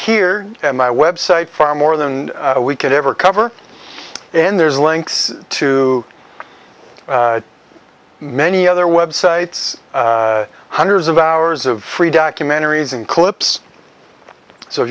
here and my website far more than we could ever cover and there's links to many other websites hundreds of hours of free documentaries and clips so if